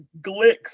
Glicks